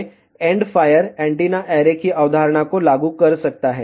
तो एक वास्तव में एंड फायर एंटीना ऐरे की अवधारणा को लागू कर सकता है